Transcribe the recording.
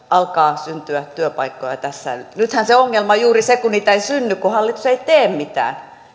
alkaa syntyä työpaikkoja tässä nythän se ongelma on juuri se kun niitä ei synny kun hallitus ei tee mitään